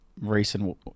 recent